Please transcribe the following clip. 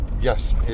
Yes